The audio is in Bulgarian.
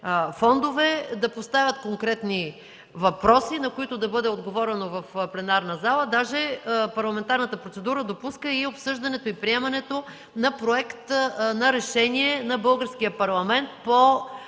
да поставят конкретни въпроси, на които да бъде отговорено в пленарната зала. Даже парламентарната процедура допуска и обсъждане при приемането на проект на решение на Българския парламент по